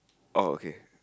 oh okay